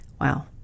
Wow